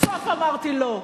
בסוף אמרתי: לא.